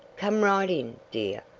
come right in, dear.